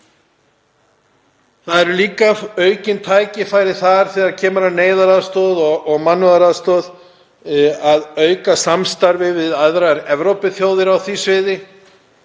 Það eru líka aukin tækifæri þegar kemur að neyðaraðstoð og mannúðaraðstoð að auka samstarfið við aðrar Evrópuþjóðir á því sviði,